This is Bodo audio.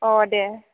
अ दे